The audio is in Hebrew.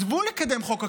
עזבו לקדם חוק אקלים,